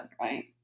right